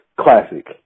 classic